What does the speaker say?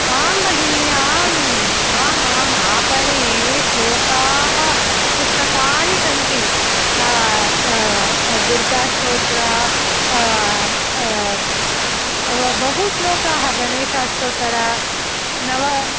आं भगिनि आम् आम् आम् आपणे श्लोकाः पुस्तकानि सन्ति दुर्गाष्टोत्तरं बहु श्लोकाः गणेशाष्टोत्तरं नव